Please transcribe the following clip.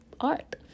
art